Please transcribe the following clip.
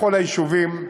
בכל היישובים,